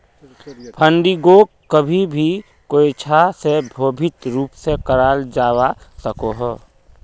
फंडिंगोक कभी भी कोयेंछा से भौतिक रूप से कराल जावा सकोह